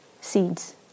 seeds